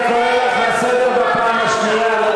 אני קורא אותך לסדר בפעם השנייה.